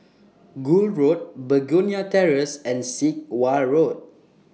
Gul Road Begonia Terrace and Sit Wah Road